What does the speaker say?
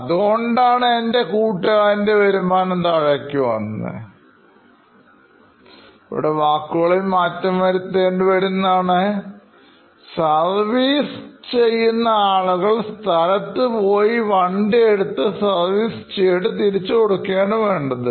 അതുകൊണ്ടാണ് എൻറെ കൂട്ടുകാരൻറെ വരുമാനം താഴെ വന്നു ഇവിടെ വാക്കുകളിൽ മാറ്റംവരുത്തേണ്ടി വരുന്നതാണ്ണ്സർവീസ് ചെയ്യുന്ന ആളുകൾ സ്ഥലത്ത് പോയി വണ്ടിയെടുത്ത് സർവീസ് ചെയ്തിട്ട്തിരിച്ചു കൊടുക്കുകയാണ് വേണ്ടത്